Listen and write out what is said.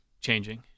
changing